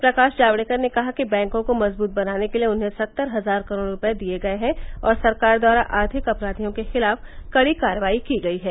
प्रकाश जावड़ेकर ने कहा कि बैंकों को मजबूत बनाने के लिए उन्हें सत्तर हजार करोड़ रूपये दिये गए हैं और सरकार द्वारा आर्थिक अपराधियों के खिलाफ कड़ी कार्रवाई की गई है